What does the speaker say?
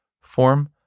form